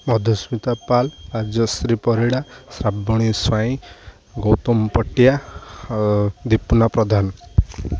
Madhusmita Pal Rajashree Parida Shrabani Swain Gautam Patia Dipuna Pradhan